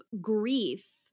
grief